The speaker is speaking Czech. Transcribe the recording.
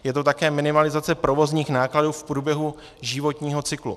Je to také minimalizace provozních nákladů v průběhu životního cyklu.